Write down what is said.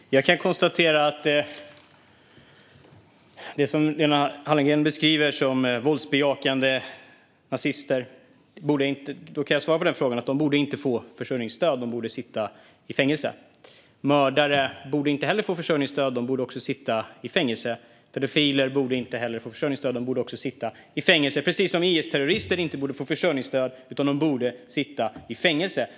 Herr talman! Jag kan svara på frågan om de personer som Lena Hallengren beskriver som våldsbejakande nazister. De borde inte få försörjningsstöd. De borde sitta i fängelse. Mördare borde inte heller få försörjningsstöd. De borde också sitta i fängelse. Pedofiler borde inte heller få försörjningsstöd. De borde också sitta i fängelse. På samma sätt borde inte IS-terrorister få försörjningsstöd, utan de borde sitta i fängelse.